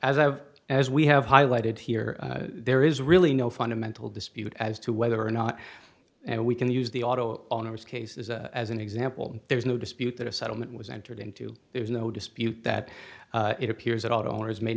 i've as we have highlighted here there is really no fundamental dispute as to whether or not and we can use the auto owner's cases as an example there's no dispute that a settlement was entered into there's no dispute that it appears that owners ma